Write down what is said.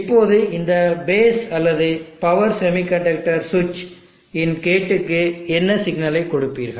இப்போது இந்த பேஸ் அல்லது பவர் செமிகண்டக்டர் ஸ்விட்ச் இன் கேட்டுக்கு என்ன சிக்னலை கொடுப்பீர்கள்